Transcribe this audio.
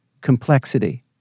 complexity